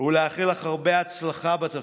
ולאחל לך הרבה הצלחה בתפקיד.